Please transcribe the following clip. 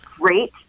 great